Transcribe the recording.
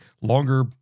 longer